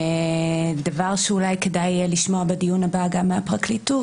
דבר שאולי כדאי לשמוע בדיון הבא גם מהפרקליטות,